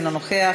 אינו נוכח,